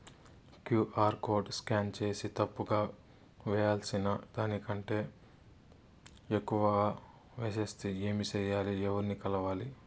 QR code scan సేసి తప్పు గా వేయాల్సిన దానికంటే ఎక్కువగా వేసెస్తే ఏమి సెయ్యాలి? ఎవర్ని కలవాలి?